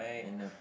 and the